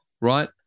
right